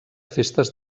festes